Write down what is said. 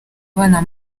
bana